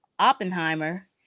Oppenheimer